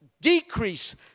decrease